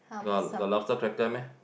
got got lobster cracker meh